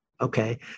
Okay